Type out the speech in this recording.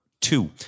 Two